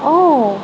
অঁ